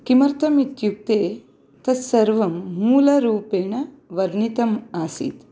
किमर्थमित्युक्ते तत्सर्वं मूलरूपेण वर्णितम् आसीत्